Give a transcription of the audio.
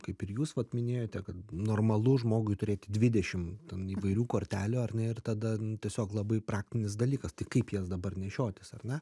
kaip ir jūs vat minėjote kad normalu žmogui turėti dvidešim ten įvairių kortelių ar ne ir tada tiesiog labai praktinis dalykas tai kaip jas dabar nešiotis ar ne